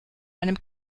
einem